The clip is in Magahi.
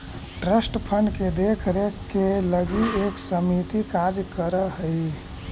ट्रस्ट फंड के देख रेख के लगी एक समिति कार्य कर हई